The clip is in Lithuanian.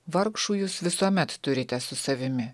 vargšų jūs visuomet turite su savimi